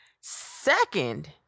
Second